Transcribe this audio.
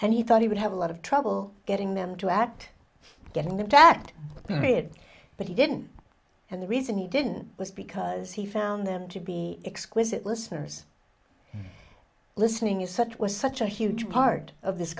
and he thought he would have a lot of trouble getting them to act getting them to act period but he didn't and the reason he didn't was because he found them to be exquisitely listeners listening is such was such a huge part of this